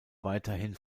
weiterhin